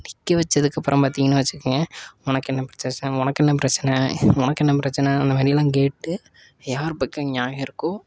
நிற்க வச்சதுக்கு அப்புறம் பார்த்திங்கன்னு வச்சிக்கங்க உனக்கு என்ன பிரச்சன உனக்கு என்ன பிரச்சனை உனக்கு என்ன பிரச்சனை அந்த மாதிரிலாம் கேட்டு யார் பக்கம் நியாயம் இருக்கோ